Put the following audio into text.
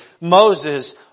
Moses